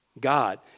God